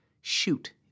shoot